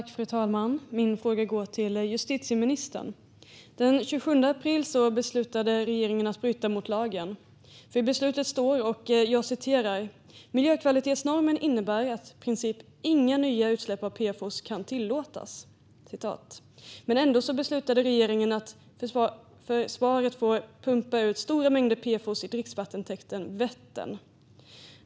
Fru talman! Min fråga går till justitieministern. Den 27 april beslutade regeringen att bryta mot lagen. I beslutet står att miljökvalitetsnormen innebär att i princip inga nya utsläpp av PFOS kan tillåtas. Men ändå beslutade regeringen att försvaret får pumpa ut stora mängder PFOS i dricksvattentäkten Vättern.